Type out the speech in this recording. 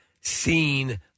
seen